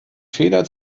feder